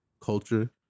culture